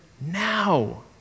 now